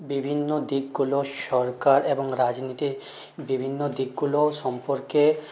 বিভিন্ন দিকগুলো সরকার এবং রাজনীতির বিভিন্ন দিকগুলো সম্পর্কে